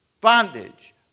Bondage